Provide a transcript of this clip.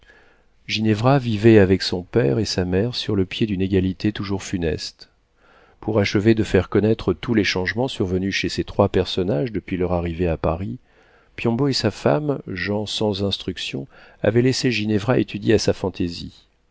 ginevra vivait avec son père et sa mère sur le pied d'une égalité toujours funeste pour achever de faire connaître tous les changements survenus chez ces trois personnages depuis leur arrivée à paris piombo et sa femme gens sans instruction avaient laissé ginevra étudier à sa fantaisie